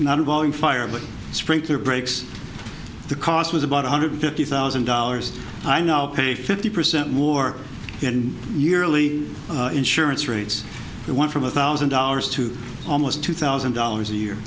not involving fire but sprinkler breaks the cost was about one hundred fifty thousand dollars i now pay fifty percent more in yearly insurance rates one from a thousand dollars to almost two thousand dollars a year